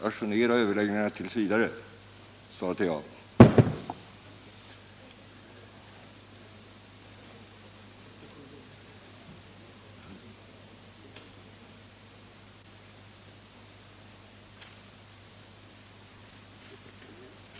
Vid militära krigsövningar förekommer vid vissa tillfällen att värnpliktiga utsätts för hårda påfrestningar som kan leda till allvarliga följder. Bl.